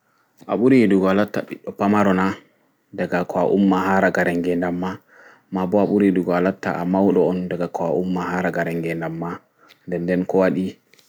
A ɓuri yiɗugo alatta ɓiɗɗo pamaro na ɗaga ko a umma haa ragare nge nɗam ma maaɓo a ɓuri yiɗugo alatta a mauɗo on ɗaga ko a umma haa ragare nge nɗam ma nɗen nɗe ko waɗi